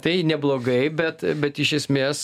tai neblogai bet bet iš esmės